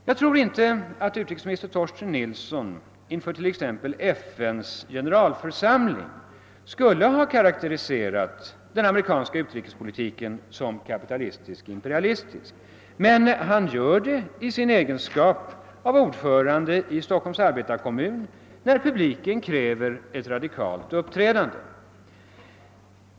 Jag tror inte att utrikesminister Torsten Nilsson inför t.ex. FN:s generalförsamling skulle ha karakteriserat den amerikanska utrikespolitiken som kapitalistisk-imperialistisk, men han gör det i sin egenskap av ordförande i Stockholms arbetarekommun när publiken kräver ett radikalt uppträdande.